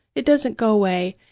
it doesn't go away,